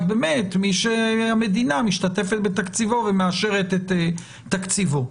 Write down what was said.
באמת מי שהמדינה משתתפת בתקציבו ומאשרת את תקציבו.